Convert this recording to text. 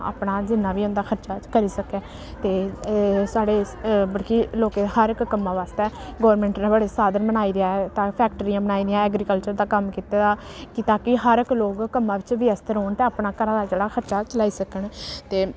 अपना जिन्ना बी होंदा खर्चा करी सकै ते साढ़े बल्कि लोकें दे हर इक कम्मा बास्तै गौरमैंट ने बड़े साधन बनाए दे ऐ तां फैक्टरियां बनाई दियां ऐग्रीकल्चर दा कम्म कीते दा कि ताकि हर इक लोग कम्मा बिच्च व्यस्त रौह्न ते अपना घरा दा खर्चा जेह्ड़ा ओह् चलाई सकन ते